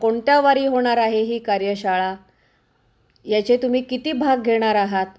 कोणत्या वारी होणार आहे ही कार्यशाळा याचे तुम्ही किती भाग घेणार आहात